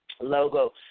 logo